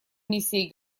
миссией